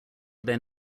then